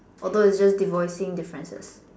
although it's just devoicing differences